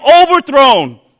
overthrown